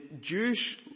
Jewish